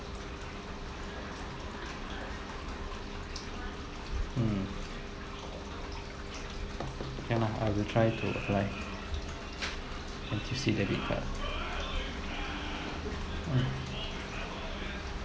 mm ya I'll try to like N_T_U_C debit card